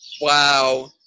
Wow